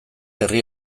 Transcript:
herri